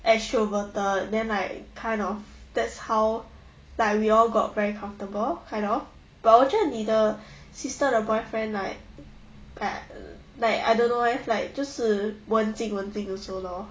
extroverted then like kind of that's how like we all got very comfortable kind of but 我觉得你的 sister 的 boyfriend right like I don't know leh like 就是文静文静 also lor